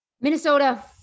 Minnesota